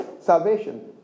Salvation